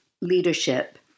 leadership